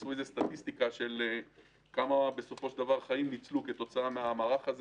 מצאו סטטיסטיקה כמה חיים ניצלו כתוצאה מהמערך הזה,